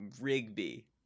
rigby